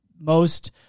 most-